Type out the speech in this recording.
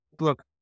Look